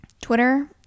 Twitter